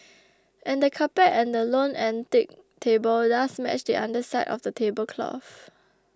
and the carpet and the lone antique table does match the underside of the tablecloth